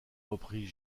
repris